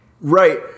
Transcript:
Right